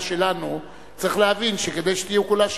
שלנו צריך להבין שכדי שתהיה כולה שלנו,